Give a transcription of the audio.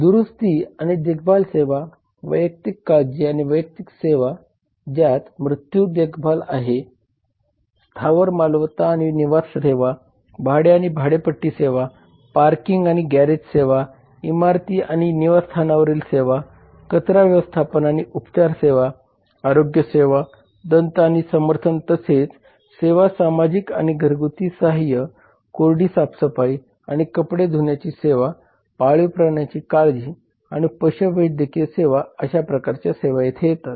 दुरुस्ती आणि देखभाल सेवा वैयक्तिक काळजी आणि वैयक्तिक सेवा ज्यात मृत्यू देखभाल सेवा स्थावर मालमत्ता आणि निवास सेवा भाडे आणि भाडेपट्टी सेवा पार्किंग आणि गॅरेज सेवा इमारती आणि निवासस्थानावरील सेवा कचरा व्यवस्थापन आणि उपचार सेवा आरोग्य सेवा दंत आणि समर्थन तसेच सेवा सामाजिक आणि घरगुती सहाय्य कोरडी साफसफाई आणि कपडे धुण्याची सेवा पाळीव प्राण्यांची काळजी आणि पशुवैद्यकीय सेवा अशा प्रकारच्या सेवा येतात